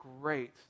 great